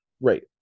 right